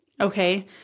Okay